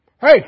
Hey